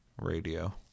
radio